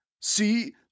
See